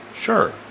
Sure